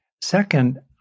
Second